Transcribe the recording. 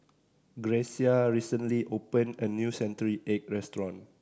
Grecia recently opened a new century egg restaurant